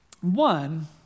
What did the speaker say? One